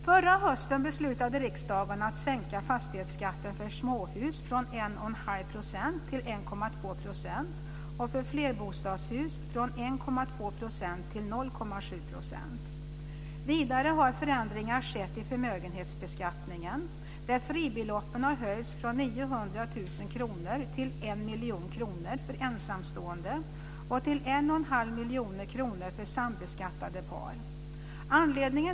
Förra hösten beslutade riksdagen att sänka fastighetsskatten för småhus från 1 1⁄2 % till 1,2 % och för flerbostadshus från 1,2 % till 0,7 %. Vidare har förändringar skett i förmögenhetsbeskattningen, där fribeloppen har höjts från 900 000 kr till 1 miljon kronor för ensamstående och till 1 1⁄2 miljon kronor för sambeskattade par.